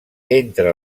entre